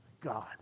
God